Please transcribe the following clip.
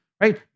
right